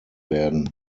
werden